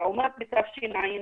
לעומת בתשע"ט.